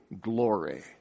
glory